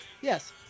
Yes